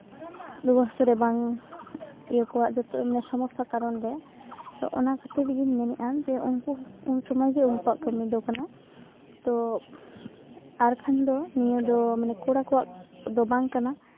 ᱨᱩᱣᱟᱹ ᱦᱟᱹᱥᱩ ᱨᱮ ᱵᱟᱝ ᱤᱭᱟᱹ ᱠᱚᱣᱟᱜ ᱡᱚᱛᱚ ᱥᱚᱢᱚᱥᱥᱟ ᱠᱟᱨᱚᱱ ᱨᱮ ᱚᱱᱟ ᱠᱷᱟᱹᱛᱤᱨ ᱜᱤᱧ ᱢᱮᱱᱮᱫᱼᱟ ᱡᱮ ᱩᱱᱠᱩ ᱩᱱ ᱥᱚᱢᱚᱭ ᱜᱮ ᱩᱱᱠᱩᱣᱟᱜ ᱠᱟᱹᱢᱤ ᱠᱟᱱᱟ ᱛᱚ ᱟᱨᱠᱷᱟᱱ ᱱᱤᱭᱟᱹ ᱫᱚ ᱢᱟᱱᱮ ᱠᱚᱲᱟ ᱠᱚᱣᱟᱜ ᱫᱚ ᱵᱟᱝ ᱠᱟᱱᱟ